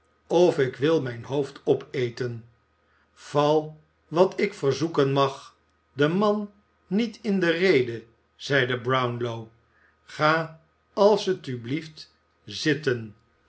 of ik wil mijn hoofd opeten val wat ik verzoeken mag den man niet in de rede zeide brownlow ga als